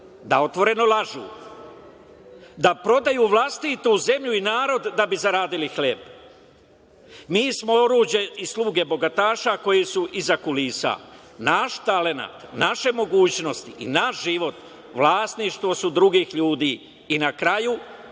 da otvoreno lažu, da prodaju vlastitu zemlju i narod da bi zaradili hleb. Mi smo oruđe i sluge bogataša koji su iza kulisa. Naš talenat, naše mogućnosti i naš život vlasništvo su drugih ljudi“.I na kraju,